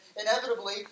inevitably